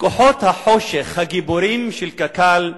כוחות החושך, הגיבורים של קק"ל,